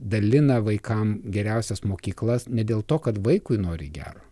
dalina vaikam geriausias mokyklas ne dėl to kad vaikui nori gero